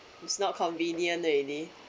it's not convenient already